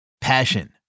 Passion